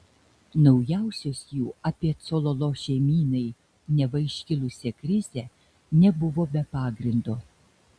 naujausios jų apie cololo šeimynai neva iškilusią krizę nebuvo be pagrindo